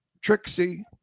Trixie